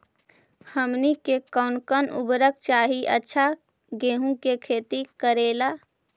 हमनी के कौन कौन उर्वरक चाही अच्छा गेंहू के खेती करेला?